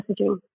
messaging